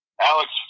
Alex